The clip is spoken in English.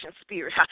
spirit